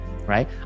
right